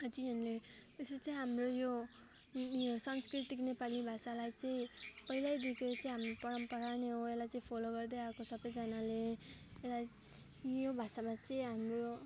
अझै यहाँनिर विशेष चाहिँ हाम्रो यो यो सांस्कृतिक नेपाली भाषालाई चाहिँ पहिल्यैदेखि चाहिँ हाम्रो परम्परा नै हो यसलाई चाहिँ फलो गर्दै आएको छ सबैजनाले यसलाई यो भाषामा चाहिँ हाम्रो